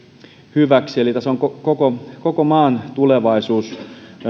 hyväksi eli tässä on koko koko maan tulevaisuus